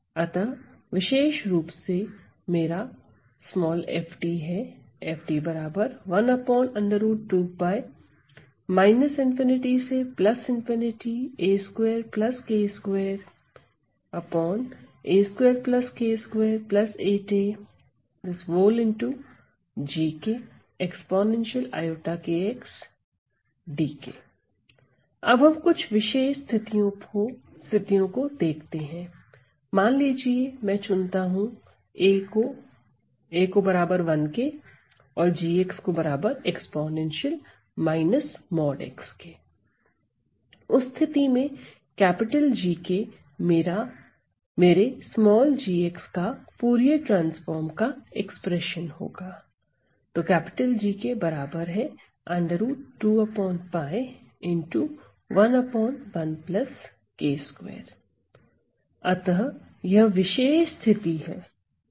अतः विशेष रूप से मेरा f है अब हम कुछ विशेष स्थितियों को देखते हैं मान लीजिए मैं चुनता हूं उस स्थिति में G मेरे g का फूरिये ट्रांसफॉर्म का एक्सप्रेशन होगा अतः यह विशेष स्थिति है